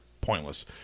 pointless